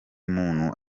muntu